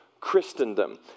Christendom